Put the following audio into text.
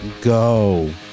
go